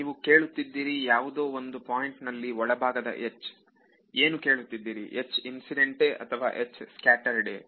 ನೀವು ಕೇಳುತ್ತಿದ್ದೀರಿ ಯಾವುದೋ ಒಂದು ಪಾಯಿಂಟಿ ನಲ್ಲಿ ಒಳಭಾಗದ H ಏನು ಕೇಳುತ್ತಿದ್ದೀರಿ H ಇನ್ಸಿಡೆಂಟೇ ಅಥವಾ H ಸ್ಕ್ಯಾಟರೆಡೇ